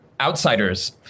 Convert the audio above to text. outsiders